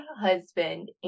husband